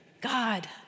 God